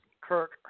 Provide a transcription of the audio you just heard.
Kirk